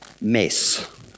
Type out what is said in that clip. mess